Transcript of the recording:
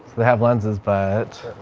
they have lenses, but